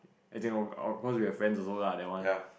as in of of course we have friends also lah that one